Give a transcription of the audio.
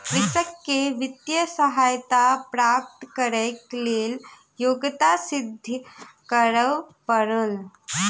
कृषक के वित्तीय सहायता प्राप्त करैक लेल योग्यता सिद्ध करअ पड़ल